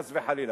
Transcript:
חס וחלילה.